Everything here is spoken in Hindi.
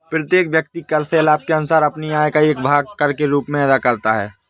प्रत्येक व्यक्ति कर स्लैब के अनुसार अपनी आय का एक भाग कर के रूप में अदा करता है